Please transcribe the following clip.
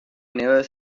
never